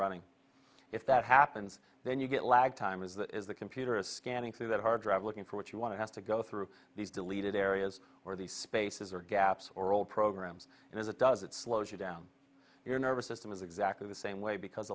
running if that happens then you get lag time is that is the computer is scanning through that hard drive looking for what you want to have to go through these deleted areas or these spaces are gaps or all programs and as it does it slows you down your nervous system is exactly the same way because